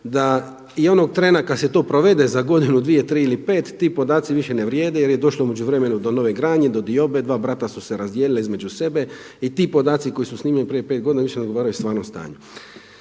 da i onog trena kad se to provede za godinu, dvije, tri ili pet, ti podaci više ne vrijede jer je došlo u međuvremenu do nove gradnje, do diobe, dva brata su se razdijelila između sebe i ti podaci koji su snimljeni prije pet godina više ne odgovaraju stvarnom stanju.